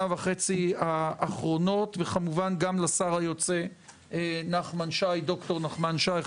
וחצי האחרונות וכמובן גם לשר היוצא ד"ר נחמן שי,